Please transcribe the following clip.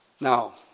Now